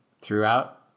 throughout